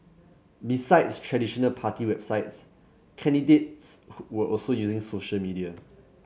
besides traditional party websites candidates were also using social media